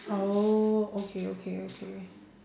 oh okay okay okay